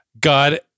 God